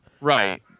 Right